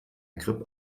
grip